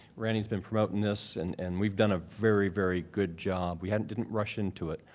randy's been promoting this and and we've done a very, very good job. we didn't didn't rush into it.